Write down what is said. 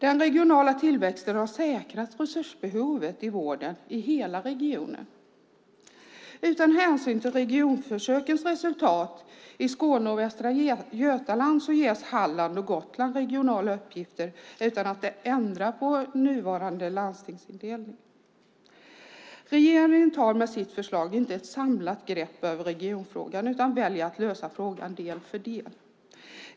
Den regionala tillväxten har säkrat resursbehovet i vården i hela regionen. Utan hänsyn till regionförsökens resultat i Skåne och Västra Götaland ges Halland och Gotland regionala uppgifter utan att nuvarande landstingsindelning ändras. Regeringen tar med sitt förslag inte något samlat grepp över regionfrågan utan väljer att lösa den del för del.